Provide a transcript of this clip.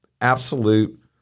absolute